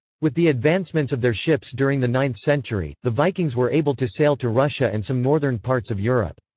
with the advancements of their ships during the ninth century, the vikings were able to sail to russia and some northern parts of europe.